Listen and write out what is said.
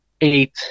eight